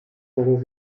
zogen